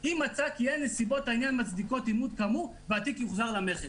אם מצא כי אין נסיבות העניין מצדיקות אימות כאמור והתיק יוחזר למכס".